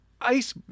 ice